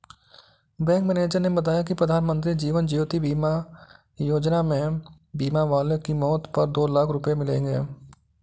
bank manager ने बताया कि प्रधानमंत्री जीवन ज्योति बीमा योजना में बीमा वाले की मौत पर दो लाख रूपये मिलेंगे